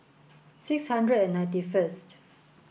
six hundred and ninety first